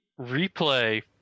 replay